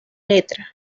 letra